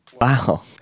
Wow